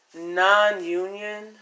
non-union